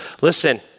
Listen